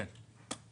כן.